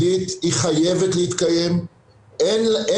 יסודית ונשענת על